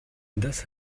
das